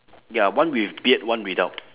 ya one with beard one without